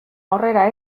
aurrera